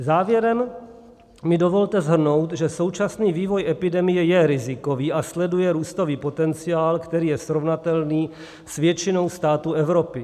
Závěrem mi dovolte shrnout, že současný vývoj epidemie je rizikový a sleduje růstový potenciál, který je srovnatelný s většinou států Evropy.